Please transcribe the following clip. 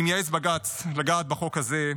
אם יעז בג"ץ לגעת בחוק הזה,